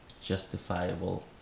justifiable